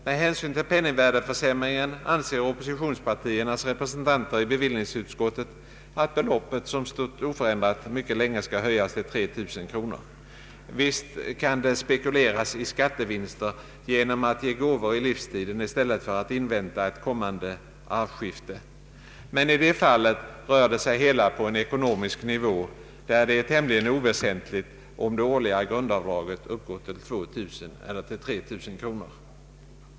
Med hänsyn till penningvärdeförsämringen anser Oppositionspartiernas representanter i bevillningsutskottet, att beloppet, som stått oförändrat mycket länge, skall höjas till 3 000 kronor. Visst kan det spekuleras i skattevinster genom att ge gåvor i livstiden i stället för att invänta ett kommande arvskifte. Men i detta fall rör sig det hela på en ekonomisk nivå, där det är tämligen oväsentligt om det årliga grundavdraget uppgår till 2 000 eller till 3 000 kronor.